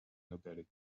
nobility